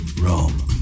Rome